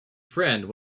friend